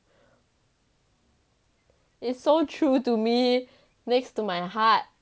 it's so true to me next to my heart